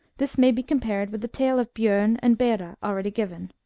this may be compared with the tale of bjorn and bera already given.